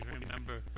remember